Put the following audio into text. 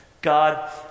God